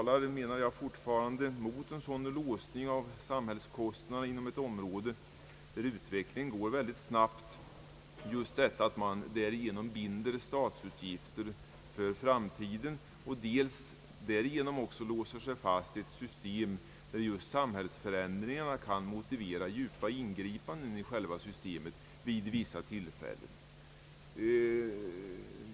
Jag menar fortfarande att mot en sådan låsning av samhällskostnaderna inom ett område, där utvecklingen går mycket snabbt, talar det förhållandet att man därigenom dels binder statsutgifter för framtiden, dels också låser sig vid ett system, där samhällsförändringarna vid vissa tillfällen kan motivera djupa ingripanden i den gällande ordningen.